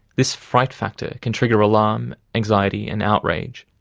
this fright factor can trigger alarm, anxiety and outrage,